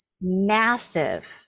Massive